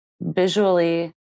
visually